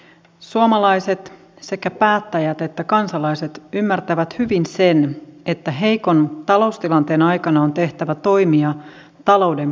suomalaiset sekä päättäjät että kansalaiset ymmärtävät hyvin sen että heikon taloustilanteen aikana on tehtävä toimia talouden parantamiseksi